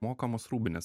mokamos rūbinės